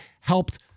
helped